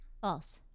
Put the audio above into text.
False